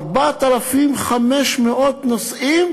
4,500 נוסעים